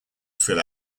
fill